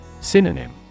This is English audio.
Synonym